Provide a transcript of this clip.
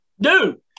Dude